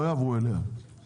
לא יעברו אליה,